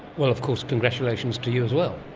well, of course congratulations to you as well.